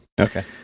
Okay